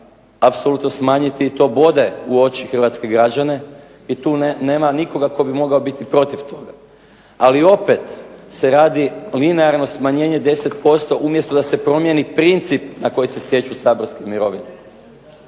apsolutno smanjiti i to bode u oči hrvatske građane i tu nema nikoga tko bi mogao biti protiv toga. Ali opet se radi linearno smanjenje 10% umjesto da se promijeni princip na koji se stječu saborske mirovine.